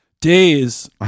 Days